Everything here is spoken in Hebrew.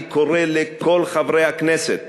אני קורא לכל חברי הכנסת